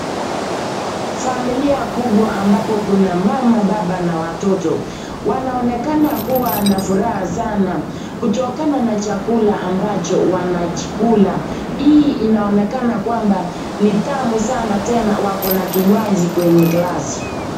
Familia kubwa ambapo kuna mama, baba na watoto. Wanaonekana kuwa na furaha sana, kutokana na chakula ambacho wanakula. Hii inaonekana kwamba ni tamu sana tena, wako na kinywaji kwenye glasi.